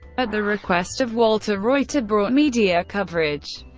at the request of walter reuther, brought media coverage.